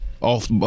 off